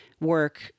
work